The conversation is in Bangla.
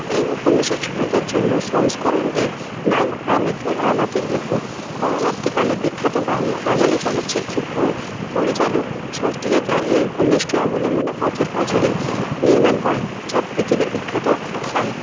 এই উপন্যাসের ছোটোদের জন্য সংস্করণটির নাম আম আঁটির ভেঁপু পরবর্তীকালে বিখ্যাত বাঙালি চলচ্চিত্র পরিচালক সত্যজিৎ রায় এই উপন্যাসটি অবলম্বনে পথের পাঁচালী নির্মাণ করেন যা পৃথিবী বিখ্যাত হয়